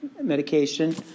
medication